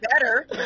better